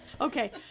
Okay